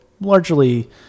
largely